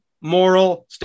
moral